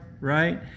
right